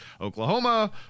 Oklahoma